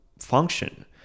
Function